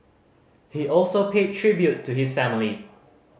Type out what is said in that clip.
he also paid tribute to his family